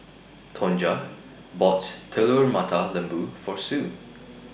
Tonja bought Telur Mata Lembu For Sue